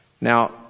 Now